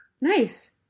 Nice